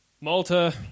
Malta